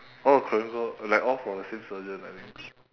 all the korean girl like all from the same surgeon I think